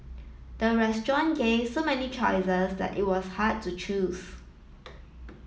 the restaurant gave so many choices that it was hard to choose